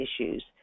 issues